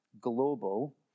global